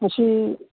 ꯃꯁꯤ